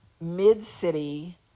mid-city